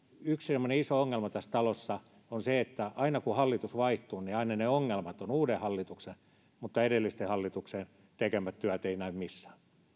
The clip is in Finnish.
yksi semmoinen iso ongelma tässä talossa on se että aina kun hallitus vaihtuu niin aina ne ongelmat ovat uuden hallituksen mutta edellisten hallitusten tekemät työt eivät näy missään